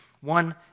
one